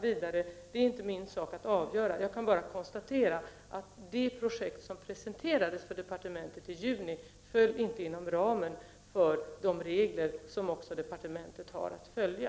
vidare själv är inte min sak att avgöra. Jag kan bara konstatera att det projekt som presenterades för departementet i juni inte föll inom ramen för de regler som också departementet har att följa.